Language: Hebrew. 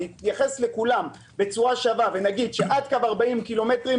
נתייחס לכולם בצורה שווה ונגיד שעד קו 40 קילומטרים,